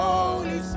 Holy